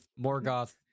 Morgoth